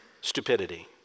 stupidity